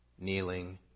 kneeling